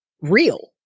real